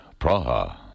Praha